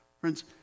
Friends